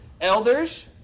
Elders